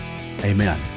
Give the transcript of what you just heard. amen